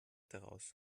daraus